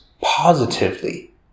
positively